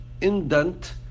indent